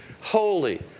holy